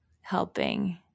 helping